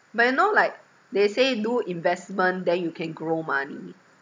but you know like they say do investment then you can grow money